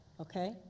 Okay